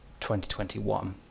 2021